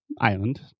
Island